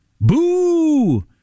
boo